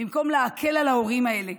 במקום להקל על ההורים האלה,